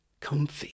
comfy